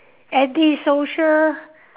anti social